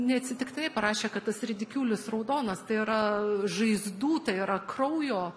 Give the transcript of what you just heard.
neatsitiktinai parašė kad tas ridikiulis raudonas tai yra žaizdų tai yra kraujo